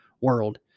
world